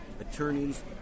Attorneys